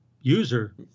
user